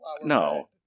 No